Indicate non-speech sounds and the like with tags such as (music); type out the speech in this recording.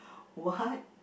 (breath) what